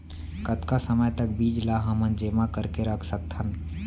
कतका समय तक बीज ला हमन जेमा करके रख सकथन?